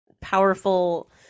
Powerful